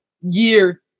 year